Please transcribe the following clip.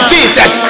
Jesus